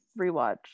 rewatch